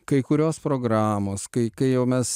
kai kurios programos kai kai jau mes